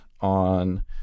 on